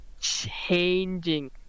changing